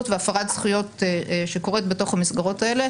והפרת זכויות שקורית בתוך המסגרות האלה,